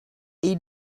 est